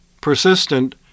persistent